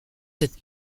cette